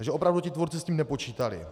Takže opravdu ti tvůrci s tím nepočítali.